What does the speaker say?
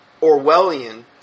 Orwellian